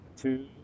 Two